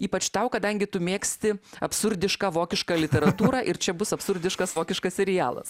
ypač tau kadangi tu mėgsti absurdišką vokišką literatūrą ir čia bus absurdiškas vokiškas serialas